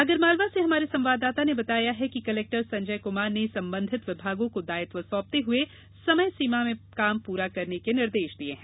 आगरमालवा से हमारे संवाददाता ने बताया है कि कलेक्टर संजय कुमार ने संबंधित विभागों को दायित्व सौंपते हुए समय सीमा में कार्य पूर्ण करने के निर्देश दिये है